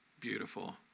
beautiful